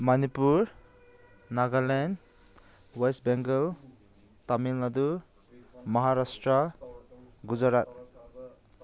Manipur Nagaland West Bengal Tamil Nadu Maharashtra Gujarat